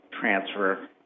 transfer